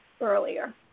earlier